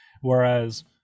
Whereas